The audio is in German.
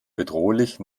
bedrohlich